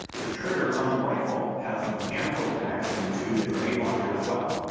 the trigger on the rifle has a mechanical connection to the grenade launcher as well,